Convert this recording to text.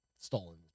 stolen